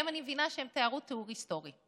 היום אני מבינה שהם תיארו תיאור היסטורי.